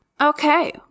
okay